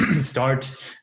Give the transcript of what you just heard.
start